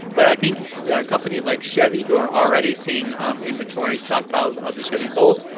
but i think companies like chevy who are already seeing inventory stock piles of the chevy bolt,